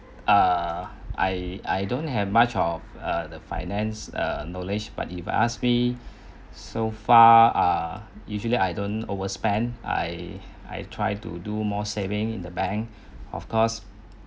err I I don't have much of uh the finance err knowledge but if you ask me so far uh usually I don't overspend I I try to do more saving in the bank of course